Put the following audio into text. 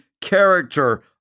character